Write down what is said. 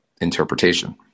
interpretation